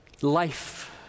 life